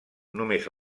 només